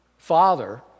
Father